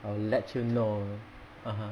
I'll let you know (uh huh)